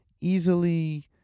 easily